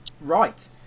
right